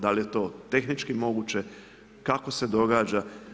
Da li je to tehnički moguće, kako se događa?